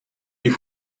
die